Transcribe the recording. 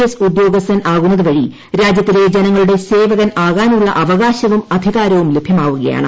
S ഉദ്യോഗസ്ഥൻ ആകുന്നതുവഴി ് രാജ്യത്തിലെ ജനങ്ങളുടെ സേവകനാകാനുള്ള അവകാശവും അധികാരവും ലഭ്യമാവുകയാണ്